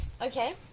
Okay